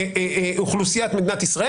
אומר השופט גרוניס בפסק הדין של חיים רמון,